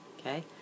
okay